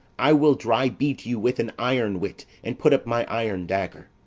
i will dry-beat you with an iron wit, and put up my iron dagger.